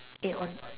eh on